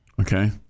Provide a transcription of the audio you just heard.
Okay